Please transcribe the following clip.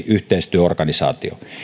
yhteistyöorganisaatio